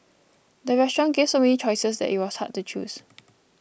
the restaurant gave so many choices that it was hard to choose